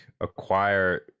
acquire